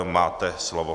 Máte slovo.